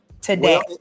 today